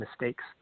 mistakes